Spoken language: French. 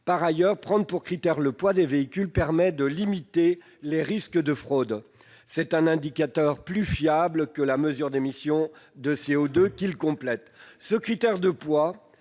De plus, prendre pour critère le poids des véhicules permet de limiter les risques de fraude, car c'est un indicateur plus fiable que la mesure d'émission de CO2, qu'il complète. Nous proposons